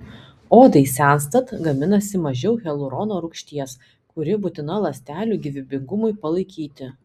odai senstant gaminasi mažiau hialurono rūgšties kuri būtina ląstelių gyvybingumui palaikyti